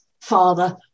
father